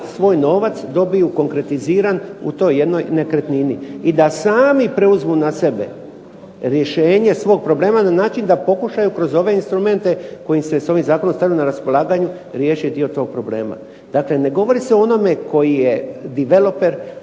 svoj novac dobiju konkretiziran u toj jednoj nekretnini i da sami preuzmu na sebe rješenje svog problema na način da pokušaju kroz ove instrumente koji im se sa ovim zakonom stavljaju na raspolaganju riješe dio tog problema. Dakle, ne govori se o onome koji je developer,